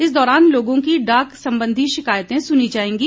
इस दौरान लोगों की डाक सम्बन्धी शिकायतें सुनी जाएंगी